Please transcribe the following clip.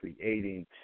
creating